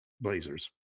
Blazers